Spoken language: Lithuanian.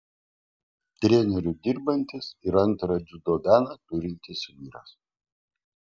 treneriu dirbantis ir antrą dziudo daną turintis vyras